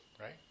right